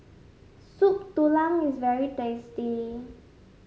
Soup Tulang is very tasty